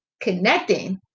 connecting